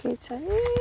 ठिकै छ ए